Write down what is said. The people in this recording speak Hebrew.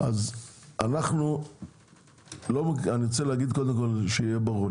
אז אני רוצה להגיד קודם כל שיהיה ברור,